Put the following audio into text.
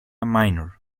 minor